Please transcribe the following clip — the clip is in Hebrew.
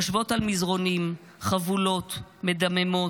יושבות על מזרונים, חבולות, מדממות,